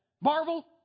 Marvel